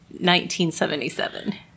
1977